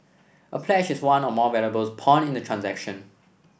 a pledge is one or more valuables pawned in a transaction